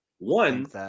one